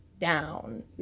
down